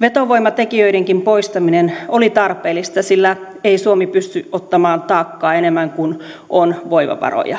vetovoimatekijöidenkin poistaminen oli tarpeellista sillä ei suomi pysty ottamaan taakkaa enemmän kuin on voimavaroja